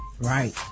Right